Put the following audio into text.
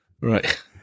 Right